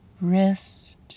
wrist